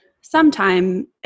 sometime